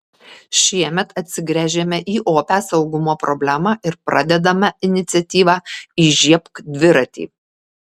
šiemet atsigręžėme į opią saugumo problemą ir pradedame iniciatyvą įžiebk dviratį